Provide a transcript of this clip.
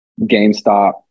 GameStop